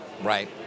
Right